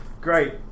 Great